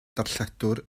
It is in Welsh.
darlledwr